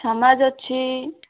ସମାଜ ଅଛି